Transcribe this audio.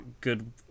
good